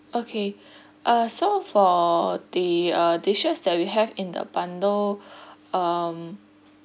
okay uh so for the uh dishes that we have in the bundle um